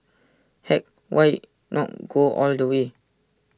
heck why not go all the way